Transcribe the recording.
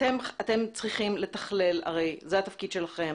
אתם צריכים לתכלל, הרי זה התפקיד שלכם,